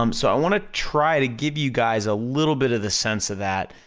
um so i wanna try to give you guys a little bit of the sense of that,